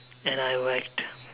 then I whacked